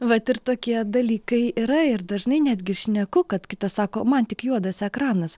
vat ir tokie dalykai yra ir dažnai netgi šneku kad kitas sako man tik juodas ekranas